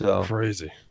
crazy